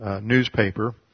newspaper